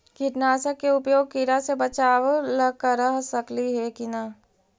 कीटनाशक के उपयोग किड़ा से बचाव ल कर सकली हे की न?